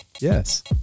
Yes